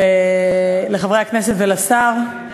לחברי הכנסת ולשר.